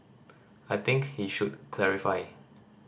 I think he should clarify